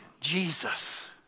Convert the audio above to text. Jesus